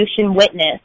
witness